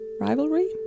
rivalry